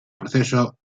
proceso